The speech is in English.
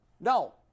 No